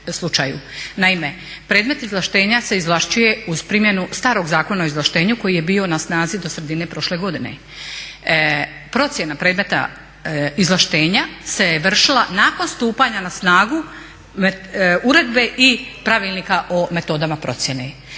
Naime, predmet izvlaštenja se izvlašćuje uz primjenu starog Zakona o izvlaštenju koji je bio na snazi do sredine prošle godine. Procjena predmeta izvlaštenja se vršila nakon stupanja na snagu uredbe i pravilnika o metodama procjene.